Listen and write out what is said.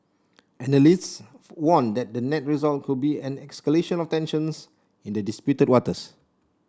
analysts warn that the net result could be an escalation of tensions in the disputed waters